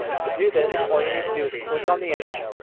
to do this, all you need to do is click on the image.